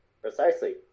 Precisely